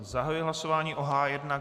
Zahajuji hlasování o H1.